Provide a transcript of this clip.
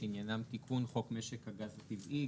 עניינם תיקון חוק משק הגז הטבעי.